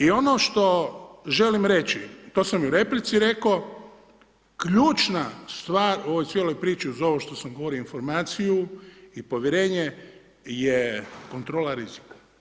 I ono što želim reći, to sam u replici rekao, ključna stvar u ovoj cijeloj priči uz ovo što sam govorio informaciju i povjerenje, je kontrola rizika.